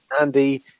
Andy